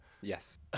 Yes